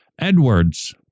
Edwards